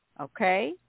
Okay